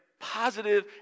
positive